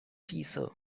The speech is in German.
schieße